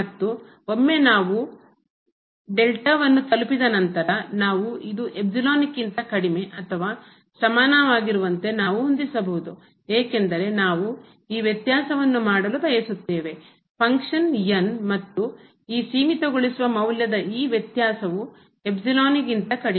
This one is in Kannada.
ಮತ್ತು ಒಮ್ಮೆ ನಾವು ವನ್ನು ತಲುಪಿದ ನಂತರ ನಾವು ಇದು ಕ್ಕಿಂತ ಕಡಿಮೆ ಅಥವಾ ಸಮನಾಗಿರುವಂತೆ ನಾವು ಹೊಂದಿಸಬಹುದು ಏಕೆಂದರೆ ನಾವು ಈ ವ್ಯತ್ಯಾಸವನ್ನು ಮಾಡಲು ಬಯಸುತ್ತೇವೆ ಫಂಕ್ಷನ್ ಕ್ರಿಯೆ ಮತ್ತು ಈ ಸೀಮಿತಗೊಳಿಸುವ ಮೌಲ್ಯದ ಈ ವ್ಯತ್ಯಾಸವು ಕ್ಕಿಂತ ಕಡಿಮೆ